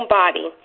body